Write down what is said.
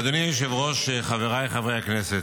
אדוני היושב-ראש, חבריי חברי הכנסת,